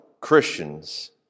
Christians